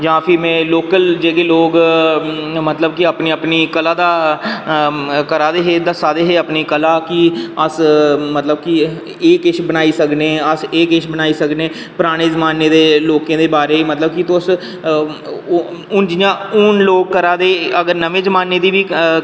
जां भी में लोकल जेह्के लोग मतलब कि अपनी अपनी कला दा ओह् करा दे हे दस्सा दे हे मतलब कि अपनी कला गी अस मतलब कि एह् किश बनाई सकने कि अस एह् किश बनाई सकने परानें जमानै दे लोकें दे बारै ई तुस हून जियां लोक करा दे अगर नमें जमाने दी बी